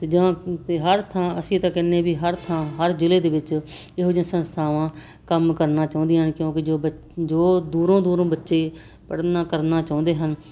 ਅਤੇ ਜਾਂ ਹਰ ਥਾਂ ਅਸੀਂ ਤਾਂ ਕਹਿੰਦੇ ਵੀ ਹਰ ਥਾਂ ਹਰ ਜ਼ਿਲ੍ਹੇ ਦੇ ਵਿੱਚ ਇਹੋ ਜਿਹੀਆਂ ਸੰਸਥਾਵਾਂ ਕੰਮ ਕਰਨਾ ਚਾਹੁੰਦੀਆਂ ਨੇ ਕਿਉਂਕਿ ਜੋ ਬੱਚ ਜੋ ਦੂਰੋਂ ਦੂਰੋਂ ਬੱਚੇ ਪੜ੍ਹਨਾ ਕਰਨਾ ਚਾਹੁੰਦੇ ਹਨ